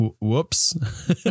Whoops